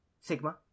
Sigma